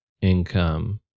income